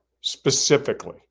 specifically